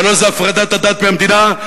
3. הפרדת הדת מהמדינה,